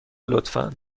لطفا